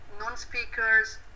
non-speakers